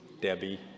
Debbie